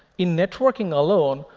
in networking alone,